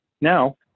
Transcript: Now